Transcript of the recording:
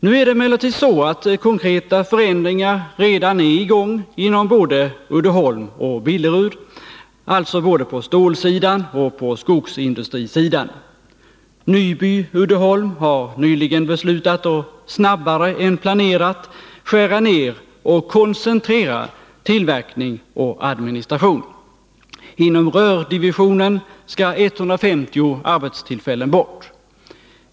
Nu är det emellertid så att konkreta förändringar redan är i gång inom både Uddeholm och Billerud, alltså både på stålsidan och på skogsindustrisidan. Nyby Uddeholm har nyligen beslutat att snabbare än planerat skära ner och koncentrera tillverkning och administration. Inom rördivisionen skall 150 arbetstillfällen bort.